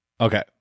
okay